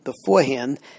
beforehand